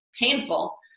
painful